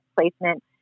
placement